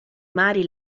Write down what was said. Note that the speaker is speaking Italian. mari